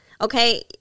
okay